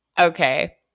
okay